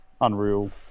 unreal